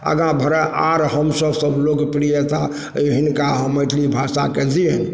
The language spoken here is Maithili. आगा बढ़ै आओर हमसब सब लोकप्रियता हिनका हम मैथिली भाषाके दी